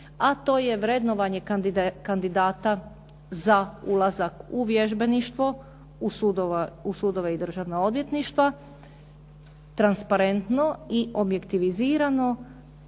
a to je vrednovanje kandidata za ulazak u vježbeništvo u sudove i državna odvjetništva, transparentno i objektivizirano